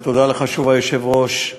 ותודה לך שוב, היושב-ראש,